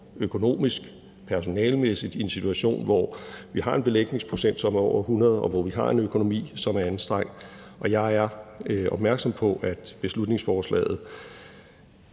økonomisk og personalemæssigt i en situation, hvor vi har en belægningsprocent, som er over 100, og hvor vi har en økonomi, som er anstrengt. Jeg er opmærksom på, at beslutningsforslaget